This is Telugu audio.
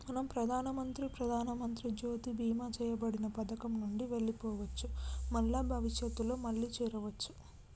మనం ప్రధానమంత్రి ప్రధానమంత్రి జ్యోతి బీమా చేయబడిన పథకం నుండి వెళ్లిపోవచ్చు మల్ల భవిష్యత్తులో మళ్లీ చేరవచ్చు